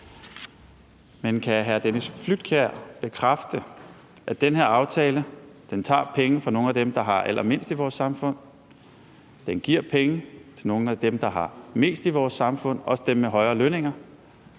Men kan hr. Dennis Flydtkjær bekræfte, at den her aftale tager penge fra nogle af dem, der har allermindst i vores samfund, at den giver penge til nogle af dem, der har mest i vores samfund, også dem med højere lønninger,